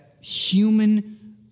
human